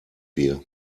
wir